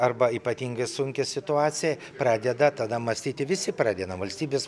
arba ypatingai sunki situacija pradeda tada mąstyti visi pradedam valstybės